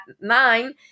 nine